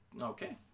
Okay